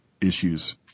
issues